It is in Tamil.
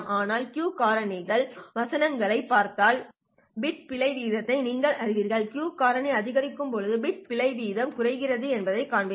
எனவே Q காரணி வசனங்களைப் பார்த்தால் பிட் பிழை வீதத்தை நீங்கள் அறிவீர்கள் Q காரணி அதிகரிக்கும் போது பிட் பிழை விகிதம் குறைகிறது என்பதை நீங்கள் காண்பீர்கள்